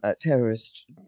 terrorist